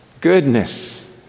goodness